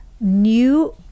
new